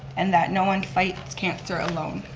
and that no one fights cancer alone.